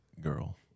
Girl